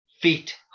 feet